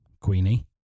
Queenie